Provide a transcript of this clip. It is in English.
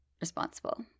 responsible